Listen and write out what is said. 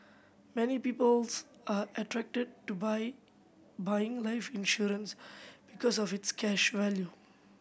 many people's are attracted to buy buying life insurance because of its cash value